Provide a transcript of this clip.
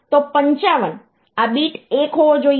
તો 55 આ બીટ 1 હોવો જોઈએ